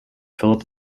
philip